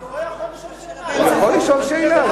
אבל הוא לא יכול לשאול שאלה.